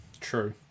true